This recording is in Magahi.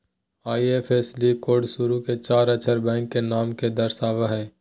आई.एफ.एस.सी कोड शुरू के चार अक्षर बैंक के नाम के दर्शावो हइ